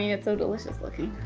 it's so delicious looking.